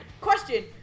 Question